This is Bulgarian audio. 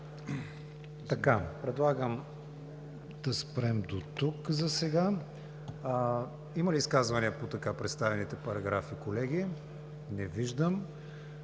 Предлагам да спрем дотук засега. Има ли изказвания по така представените параграфи, колеги? Не виждам.